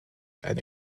eine